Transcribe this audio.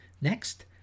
Next